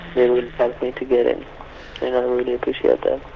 they helped me to get in, and i really appreciate that.